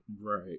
Right